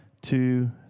two